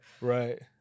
right